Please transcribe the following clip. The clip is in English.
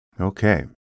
Okay